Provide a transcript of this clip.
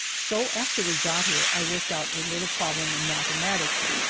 so after we got here i worked out a little problem in mathematics,